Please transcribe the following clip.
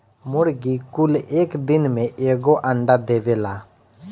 मुर्गी कुल एक दिन में एगो अंडा देवेला